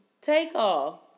Takeoff